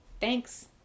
Thanks